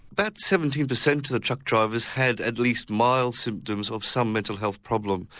but seventeen percent of the truck drivers had at least mild symptoms of some mental health problem.